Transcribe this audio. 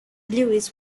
lewis